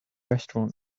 restaurant